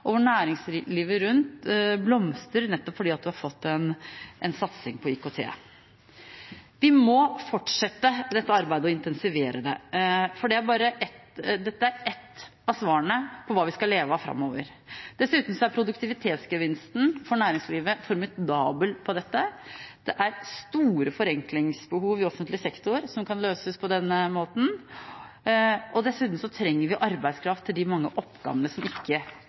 næringslivet rundt blomstrer nettopp fordi vi har fått en satsing på IKT. Vi må fortsette dette arbeidet og intensivere det. Dette er ett av svarene på hva vi skal leve av framover. Dessuten er produktivitetsgevinsten for næringslivet formidabel på dette. Det er store forenklingsbehov i offentlig sektor som kan løses på denne måten, og dessuten trenger vi arbeidskraft til de mange oppgavene som det ikke